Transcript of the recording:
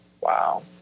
Wow